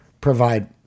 provide